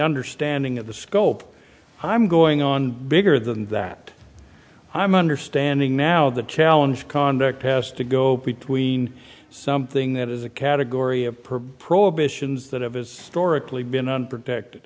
understanding of the scope i'm going on bigger than that i'm understanding now that challenge conduct has to go between something that is a category of perp prohibitions that have historically been unprotected